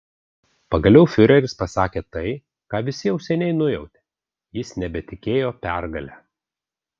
pagaliau fiureris pasakė tai ką visi jau seniai nujautė jis nebetikėjo pergale